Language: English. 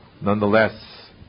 Nonetheless